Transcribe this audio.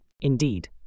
Indeed